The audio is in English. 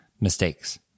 mistakes